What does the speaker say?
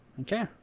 Okay